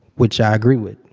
which i agree with.